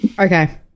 Okay